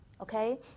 Okay